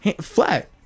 Flat